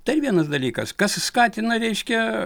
dar vienas dalykas kas skatina reiškia